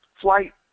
flight